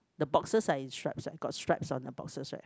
the boxes are in stripes right got stripes on the boxes right